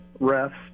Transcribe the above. refs